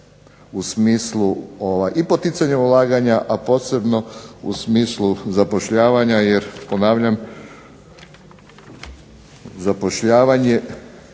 u smislu i poticanja ulaganja, a posebno u smislu zapošljavanja jer ponavljam, zapošljavanje